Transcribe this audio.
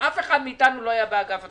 אף אחד מאיתנו לא היה באגף התקציבים.